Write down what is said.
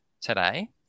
today